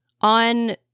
on